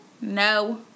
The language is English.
No